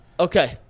Okay